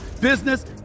business